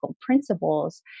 principles